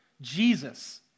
Jesus